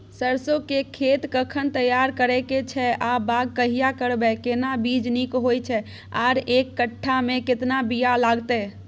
सरसो के खेत कखन तैयार करै के छै आ बाग कहिया करबै, केना बीज नीक होय छै आर एक कट्ठा मे केतना बीया लागतै?